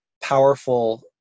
powerful